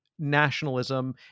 nationalism